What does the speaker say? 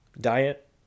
diet